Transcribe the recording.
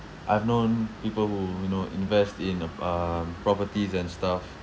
I've known people who you know invest in the um properties and stuff